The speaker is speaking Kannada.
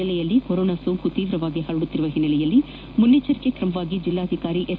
ಜಿಲ್ಲೆಯಲ್ಲಿ ಕೊರೋನಾ ಸೋಂಕು ತೀವ್ರವಾಗಿ ಹರಡುತ್ತಿರುವ ಹಿನ್ನೆಲೆಯಲ್ಲಿ ಮುನ್ನೆಚ್ಚರಿಕೆ ಕ್ರಮವಾಗಿ ಜಿಲ್ಲಾಧಿಕಾರಿ ಎಸ್